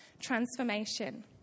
transformation